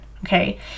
okay